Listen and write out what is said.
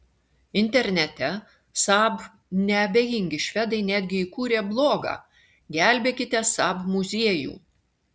internete saab neabejingi švedai netgi įkūrė blogą gelbėkite saab muziejų